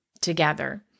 together